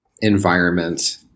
environment